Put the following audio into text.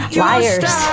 liars